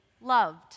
loved